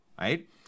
right